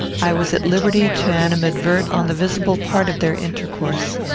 i was at liberty to animadvert on the visible part of their intercourse.